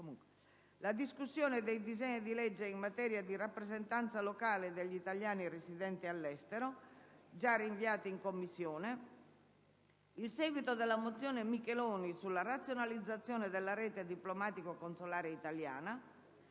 la discussione dei disegni di legge in materia di rappresentanza locale degli italiani residenti all'estero, già rinviati in Commissione, il seguito della mozione Micheloni sulla razionalizzazione della rete diplomatico-consolare italiana,